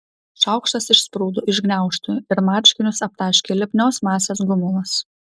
šaukštas išsprūdo iš gniaužtų ir marškinius aptaškė lipnios masės gumulas